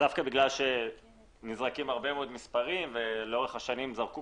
דווקא בגלל שנזרקים הרבה מספרים עשינו